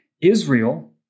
Israel